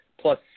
plus